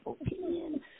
opinion